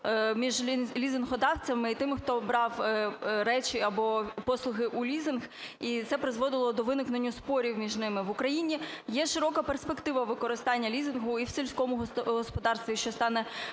між лізингодавцями і тими, хто брав речі або послуги у лізинг, і це призводило до виникнення спорів між ними. В Україні є широка перспектива використання лізингу і в сільському господарстві, що стане